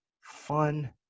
fun